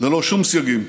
ללא שום סייגים.